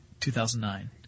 2009